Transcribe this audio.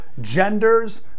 genders